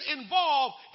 involved